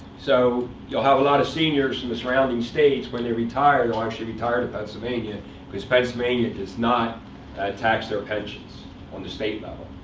so you'll have a lot of seniors in the surrounding states when they retire, they'll actually retire to pennsylvania because pennsylvania does not tax their pensions on the state level.